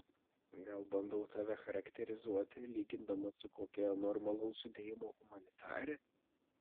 gal bandau tave charakterizuoti lygindamas su kokia normalaus sudėjimo humanitare